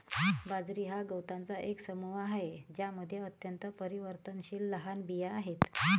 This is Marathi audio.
बाजरी हा गवतांचा एक समूह आहे ज्यामध्ये अत्यंत परिवर्तनशील लहान बिया आहेत